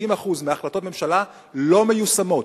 70% מהחלטות ממשלה לא מיושמות.